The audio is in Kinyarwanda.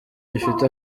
gifite